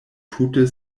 tute